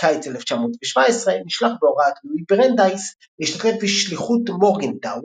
בקיץ 1917 נשלח בהוראת לואי ברנדייס להשתתף ב'שליחות מורגנטאו',